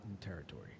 territory